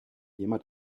jemand